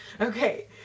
Okay